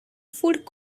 food